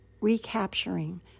recapturing